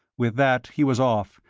with that he was off,